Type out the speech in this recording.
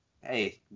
hey